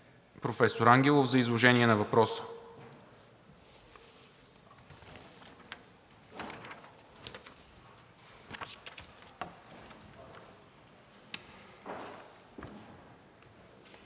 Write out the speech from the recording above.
професор Ангелов, за изложение на въпроса.